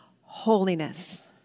Holiness